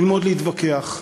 ללמוד להתווכח.